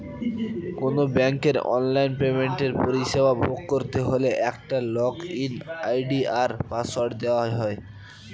কোনো ব্যাংকের অনলাইন পেমেন্টের পরিষেবা ভোগ করতে হলে একটা লগইন আই.ডি আর পাসওয়ার্ড দেওয়া হয়